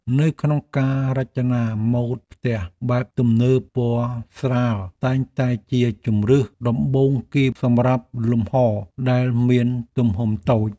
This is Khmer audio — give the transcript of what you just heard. នៅក្នុងការរចនាម៉ូដផ្ទះបែបទំនើបពណ៌ស្រាលតែងតែជាជម្រើសដំបូងគេសម្រាប់លំហរដែលមានទំហំតូច។